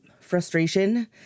frustration